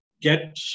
get